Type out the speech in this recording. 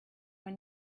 when